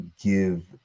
give